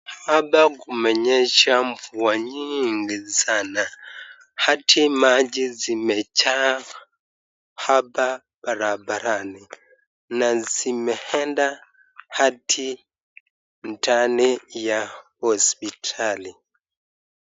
Hapa kumenyesha mvua nyingi sana, hadi maji zimejaa, hapa barabarani na zimeenda hadi ndani ya hospitali.